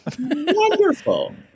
Wonderful